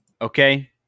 Okay